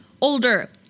Older